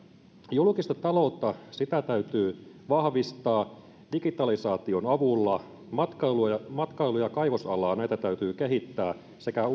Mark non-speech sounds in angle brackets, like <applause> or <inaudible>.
julkista taloutta täytyy vahvistaa digitalisaation avulla matkailu ja kaivosalaa täytyy kehittää sekä <unintelligible>